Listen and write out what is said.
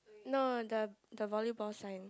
no the the volleyball sign